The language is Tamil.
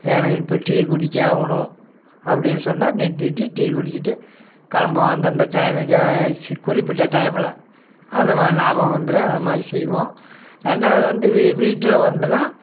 எனக்கு இப்போ டீ குடிச்சாவணும் அப்படின்னு சொன்னா நிறுத்திவிட்டு டீ குடிச்சிவிட்டு கிளம்புவோம் அந்தந்த டைமுக்கே சி குறிப்பிட்ட டைம்மில் அந்தமாதிரி ஞாபகம் வந்துரும் அந்தமாதிரி செய்வோம் ரெண்டாவது வந்து வீ வீட்டில் வந்துன்னா